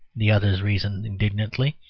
the others reason indignantly,